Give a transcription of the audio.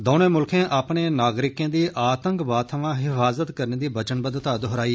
दौनें मुल्खें अपने नागरिकें दी आतंकवाद थमां हिफाजत करने दी वचनबद्धता दोह्राई